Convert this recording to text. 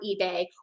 eBay